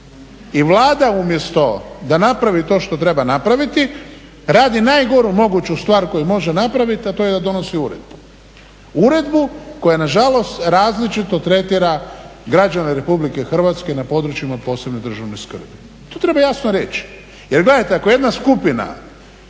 najgoru moguću stvar koju može napraviti. Radi najgoru moguću stvar koju može napraviti, a to je da donosi uredbu, uredbu koja na žalost različito tretira građane Republike Hrvatske na područjima od posebne državne skrbi. To treba jasno reći. Jer gledajte, ako jedna skupina